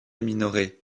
minoret